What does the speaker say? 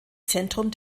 zentrum